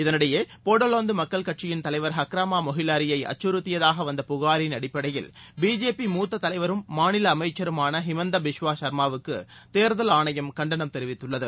இதனிடையே போடோலாந்து மக்கள் கட்சியின் தலைவர் ஹக்ரமா மொஹிலாரியை அக்கறுத்தியதாக வந்த புகாரின் அடிப்படையில் பிஜேபி மூத்த தலைவரும் மாநில அமைச்சருமான ஹிமந்த பிஸ்வா சர்மாவுக்கு தேர்தல் ஆணையம் கண்டனம் தெரவித்துள்ளது